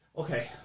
Okay